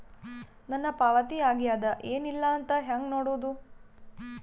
ನನ್ನ ಪಾವತಿ ಆಗ್ಯಾದ ಏನ್ ಇಲ್ಲ ಅಂತ ಹೆಂಗ ನೋಡುದು?